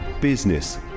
Business